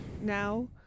now